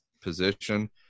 position